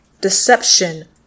deception